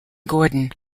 gordon